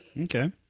Okay